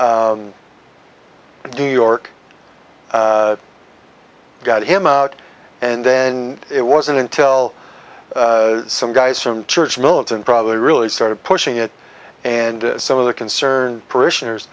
new york got him out and then it wasn't until some guys from church militant probably really started pushing it and some of the concern parishioners